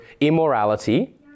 immorality